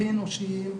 הכי אנושיים,